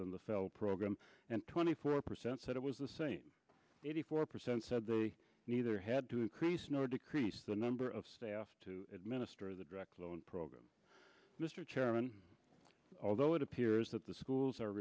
than the cell program and twenty four percent said it was the same eighty four percent said neither had to increase nor decrease the number of staff to administer the direct loan program mr chairman although it appears that the schools are